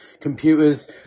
computers